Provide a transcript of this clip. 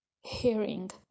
hearing